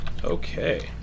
Okay